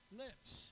lips